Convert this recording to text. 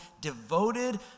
devoted